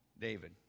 David